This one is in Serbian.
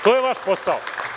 To je vaš posao.